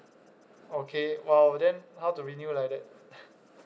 okay oh then how to renew like that